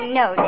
no